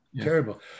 terrible